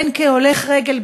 בין כהולך רגל,